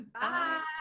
Bye